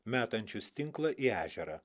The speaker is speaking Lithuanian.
metančius tinklą į ežerą